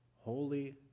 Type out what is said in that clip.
holy